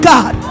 God